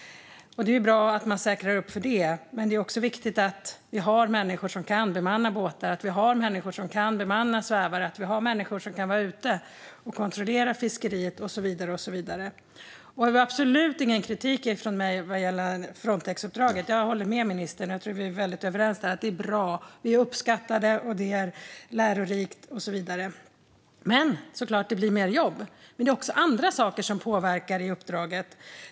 Det är bra att man säkrar upp för detta, men det är också viktigt att vi har människor som kan bemanna båtar och svävare, som kan vara ute och kontrollera fiskeriet och så vidare. Det var absolut ingen kritik från mig vad gäller Frontexuppdraget; jag håller med ministern, och jag tror att vi är väldigt överens om att det är bra. Vi uppskattar det, det är lärorikt och så vidare. Men det blir såklart mer jobb. Det finns också andra saker som påverkar uppdraget.